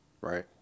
right